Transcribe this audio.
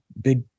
big